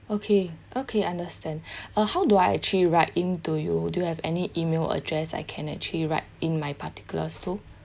okay okay understand uh how do I actually write in to you do you have any email address I can actually write in my particulars to